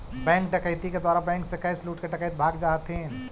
bank डकैती के द्वारा बैंक से कैश लूटके डकैत भाग जा हथिन